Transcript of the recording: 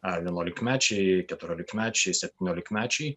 ar vienuolikmečiai keturiolikmečiai septyniolikmečiai